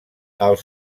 els